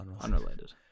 Unrelated